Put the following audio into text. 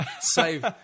save